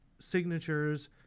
signatures